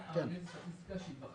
לפריסה במשך